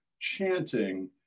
chanting